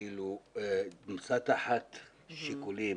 נמצא תחת שיקולים